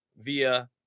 via